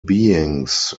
beings